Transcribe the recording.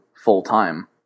full-time